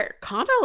Connell